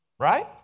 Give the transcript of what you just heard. Right